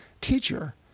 Teacher